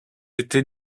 été